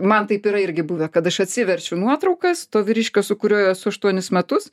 man taip yra irgi buvę kad aš atsiverčiu nuotraukas to vyriškio su kuriuo esu aštuonis metus